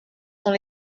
sont